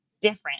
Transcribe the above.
different